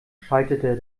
schaltete